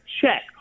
check